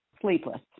sleepless